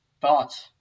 thoughts